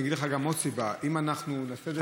אני אגיד לך גם עוד סיבה: אם אנחנו נעשה את זה,